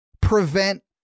prevent